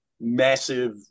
massive